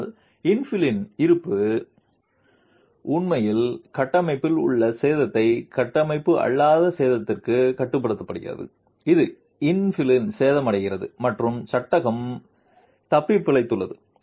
ஆனால் இன்ஃபிலின் இருப்பு உண்மையில் கட்டமைப்பில் உள்ள சேதத்தை கட்டமைப்பு அல்லாத சேதத்திற்கு கட்டுப்படுத்துகிறது இது இன்பில்ஸில் சேதமடைகிறது மற்றும் சட்டகம் தப்பிப்பிழைத்துள்ளது